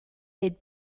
est